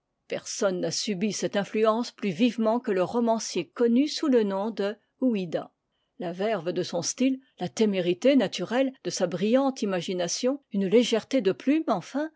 sang personne n'a subi cette influence plus vivement que le romancier connu sous le nom de ouida la verve de son style la témérité naturelle de sa brillante imagination une légèreté de plume enfin